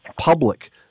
public